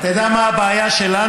אתה יודע מה הבעיה שלנו?